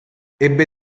ebbe